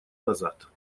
назад